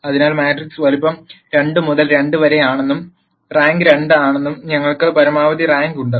അതിനാൽ മാട്രിക്സ് വലുപ്പം 2 മുതൽ 2 വരെ ആണെന്നും റാങ്ക് 2 ആണെന്നും ഞങ്ങൾക്ക് പരമാവധി റാങ്ക് ഉണ്ട്